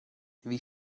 wie